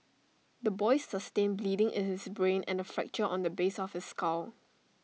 the boy sustained bleeding in his brain and A fracture on the base of his skull